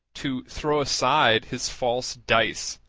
to throw aside his false dice,